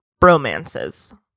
bromances